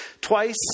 twice